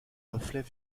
reflets